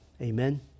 Amen